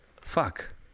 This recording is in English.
Fuck